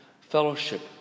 fellowship